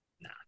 Nah